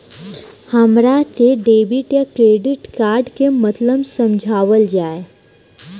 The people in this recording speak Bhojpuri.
हमरा के डेबिट या क्रेडिट कार्ड के मतलब समझावल जाय?